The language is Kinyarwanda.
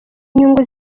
inyungu